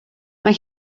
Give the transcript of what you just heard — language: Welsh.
mae